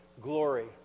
glory